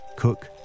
Cook